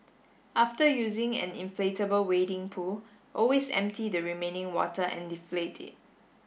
after using an inflatable wading pool always empty the remaining water and deflate it